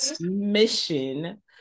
mission